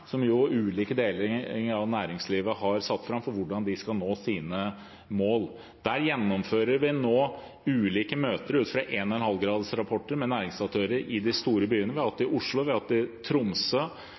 ulike deler av næringslivet har lagt fram for hvordan de skal nå sine mål. I den forbindelse gjennomfører vi nå ulike møter ut ifra 1,5-gradersrapporter med næringsaktører i de store byene.